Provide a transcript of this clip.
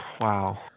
wow